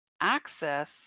access